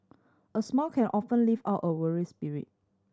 a smile can often lift up a weary spirit